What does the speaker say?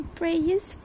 prayers